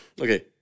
Okay